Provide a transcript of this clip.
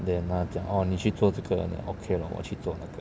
then 他讲哦你去做这个 then okay lor 我去做那个